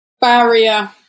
barrier